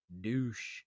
douche